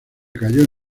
cayó